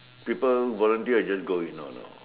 people want I just go in no no